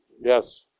Yes